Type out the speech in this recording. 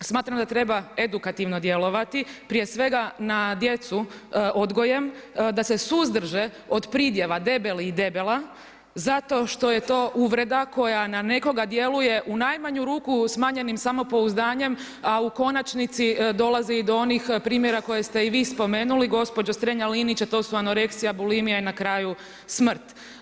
Smatram da treba edukativno djelovati prije svega na djecu odgojem, da se suzdrže od pridjeva debeli i debela zato što je to uvreda koja na nekoga djeluje u najmanju ruku smanjenim samopouzdanjem, a u konačnici dolazi i do onih primjera koje ste i vi spomenuli gospođo Strenja-Linić a to su anoreksija, bulimija i na kraju smrt.